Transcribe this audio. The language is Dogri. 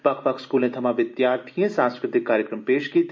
बक्ख बक्ख स्कूलें थमां विद्यार्थिएं सांस्कृतिक कार्यक्रम पेश कीते